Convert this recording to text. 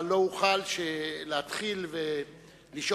חנא סוייד ועפו